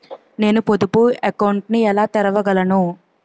నేను పొదుపు అకౌంట్ను ఎలా తెరవగలను?